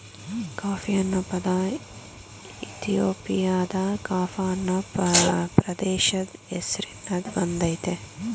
coffee ಅನ್ನೊ ಪದ ಇಥಿಯೋಪಿಯಾದ ಕಾಫ ಅನ್ನೊ ಪ್ರದೇಶದ್ ಹೆಸ್ರಿನ್ದ ಬಂದಯ್ತೆ